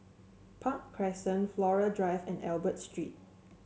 Park Crescent Flora Drive and Albert Street